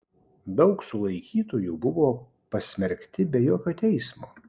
daug sulaikytųjų buvo pasmerkti be jokio teismo